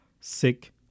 Sick